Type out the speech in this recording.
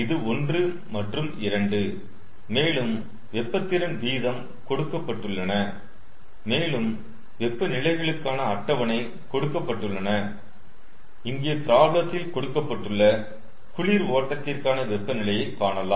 இது 1 மற்றும் 2 மேலும் வெப்ப திறன் வீதம் கொடுக்கப்பட்டுள்ளன மேலும் வெப்பநிலைகளுக்கான அட்டவணை கொடுக்கப்பட்டுள்ளன இங்கே ப்ராப்ளத்தில் கொடுக்கப்பட்டுள்ள குளிர் ஓட்டத்திற்கான வெப்பநிலையை காணலாம்